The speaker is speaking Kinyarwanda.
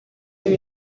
yabo